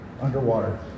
underwater